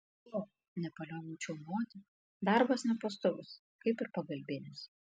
o nepalioviau čiaumoti darbas nepastovus kaip ir pagalbinis